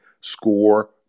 score